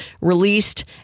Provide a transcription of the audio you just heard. Released